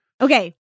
okay